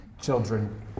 children